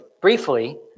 briefly